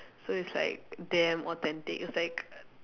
so it's like damn authentic it's like